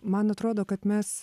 man atrodo kad mes